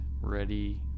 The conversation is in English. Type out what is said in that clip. ready